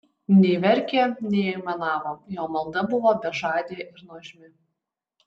nei verkė nei aimanavo jo malda buvo bežadė ir nuožmi